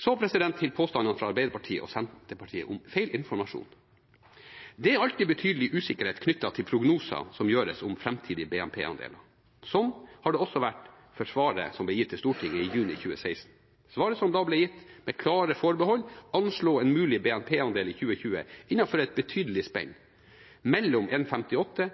Så til påstandene fra Arbeiderpartiet og Senterpartiet om feilinformasjon: Det er alltid betydelig usikkerhet knyttet til prognoser som gjøres om framtidige BNP-andeler. Sånn har det også vært for svaret som ble gitt til Stortinget i juni 2016. Svaret som da ble gitt, med klare forbehold, anslo en mulig BNP-andel i 2020 innenfor et betydelig spenn mellom